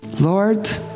Lord